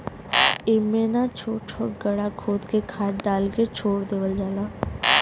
इमिना छोट छोट गड्ढा खोद के खाद डाल के छोड़ देवल जाला